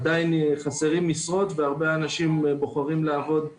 גם לאנשים שיכולים לפנות ישירות להצטרף למסלולים